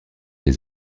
des